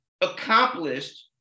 accomplished